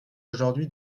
aujourd’hui